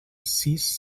sis